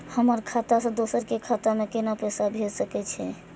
हमर खाता से दोसर के खाता में केना पैसा भेज सके छे?